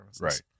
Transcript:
Right